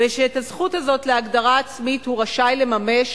ושאת הזכות הזאת להגדרה עצמית הוא רשאי לממש